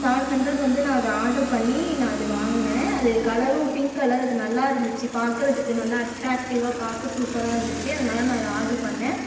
seven hundred வந்து நான் அது ஆர்ட்ரு பண்ணி நான் அது வாங்கினேன் அது கலரும் பிங்க் கலர் அது நல்லாயிருந்துச்சி பார்க்குறதுக்கு நல்லா அட்ராக்ட்டிவாக பார்க்க சூப்பராக இருந்துச்சு அதனால நான் அது ஆர்ட்ரு பண்ணேன்